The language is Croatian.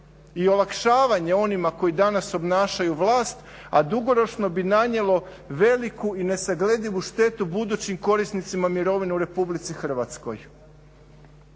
i olakšavanje onima koji danas obnašaju vlast, a dugoročno bi nanijelo veliku i nesagledivu štetu budućim korisnicima mirovina u RH. Potez koji